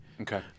Okay